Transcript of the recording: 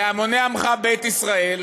אל המוני עמך בית ישראל,